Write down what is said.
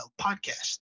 podcast